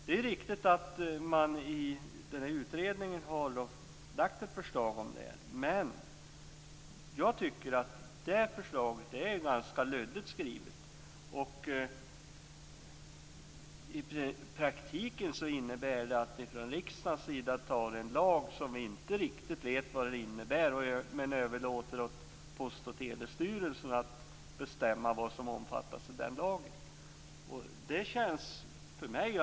Det är riktigt att man i utredningen har lagt ett förslag om det här men jag tycker att förslaget är ganska luddigt skrivet. I praktiken innebär det att vi från riksdagens sida tar en lag som vi inte riktigt vet innebörden av. Vi överlåter åt Post och Telestyrelsen att bestämma vad som omfattas av lagen.